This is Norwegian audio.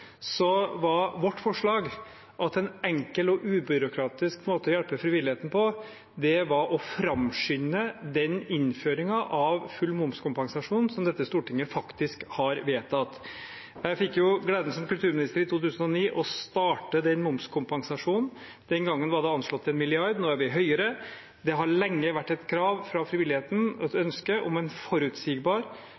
var vårt forslag at en enkel og ubyråkratisk måte å hjelpe frivilligheten på var å framskynde den innføringen av full momskompensasjon som dette stortinget faktisk har vedtatt. Jeg fikk gleden av som kulturminister i 2009 å starte den momskompensasjonen. Den gangen var den anslått til 1 mrd. kr. Nå er vi høyere. Det har lenge vært et krav fra frivilligheten, et